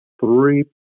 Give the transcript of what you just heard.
three